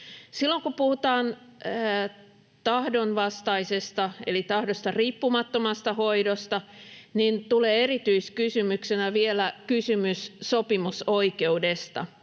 Silloin kun puhutaan tahdonvastaisesta eli tahdosta riippumattomasta hoidosta, tulee erityiskysymyksenä vielä kysymys sopimusoikeudesta.